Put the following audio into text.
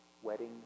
wedding